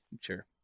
Sure